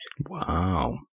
Wow